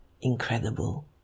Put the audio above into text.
incredible